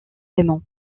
raymond